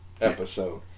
episode